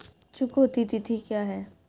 चुकौती तिथि क्या है?